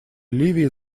ливии